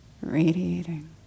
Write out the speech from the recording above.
radiating